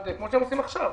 כמו שהם עושים עכשיו.